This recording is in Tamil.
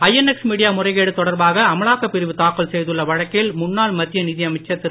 ஐஎன்எக்ஸ் மீடியா முறைகேடு தொடர்பாக அமலாக்கப் பிரிவு தாக்கல் செய்துள்ள வழக்கில் முன்னாள் மத்திய நிதி அமைச்சர் திரு